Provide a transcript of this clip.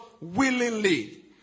willingly